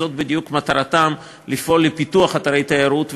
זאת בדיוק מטרתן: לפעול לפיתוח אתרי תיירות,